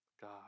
God